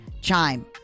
Chime